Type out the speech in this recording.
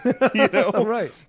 Right